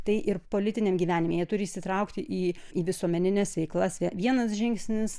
tai ir politiniam gyvenime jie turi įsitraukti į visuomenines veiklas jie vienas žingsnis